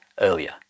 earlier